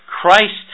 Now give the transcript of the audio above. Christ